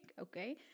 okay